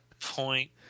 point